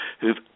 who've